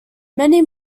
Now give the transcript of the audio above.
many